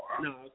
No